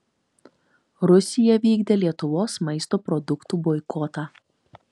rusija vykdė lietuvos maisto produktų boikotą